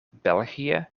belgië